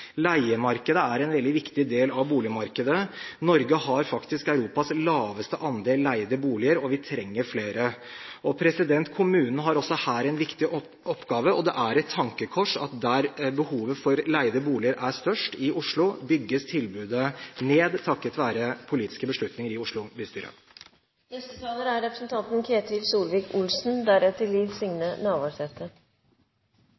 Leiemarkedet er en veldig viktig del av boligmarkedet. Norge har faktisk Europas laveste andel leide boliger, og vi trenger flere. Kommunene har også her en viktig oppgave, og det er et tankekors at der behovet for leide boliger er størst, i Oslo, bygges tilbudet ned, takket være politiske beslutninger i Oslo bystyre. Dette er